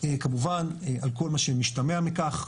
כמובן על כל מה שמשתמע מכך,